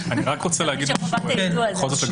אני בכל זאת רוצה לומר משהו לגבי החקירה.